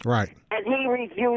Right